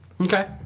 Okay